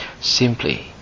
simply